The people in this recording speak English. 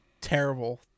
terrible